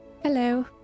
Hello